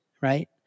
right